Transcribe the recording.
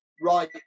right